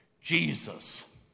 Jesus